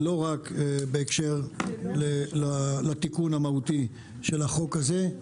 ולא רק בהקשר לתיקון המהותי של החוק הזה.